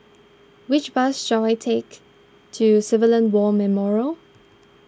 which bus shall I take to Civilian War Memorial